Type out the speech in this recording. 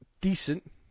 decent